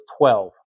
12